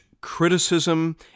criticism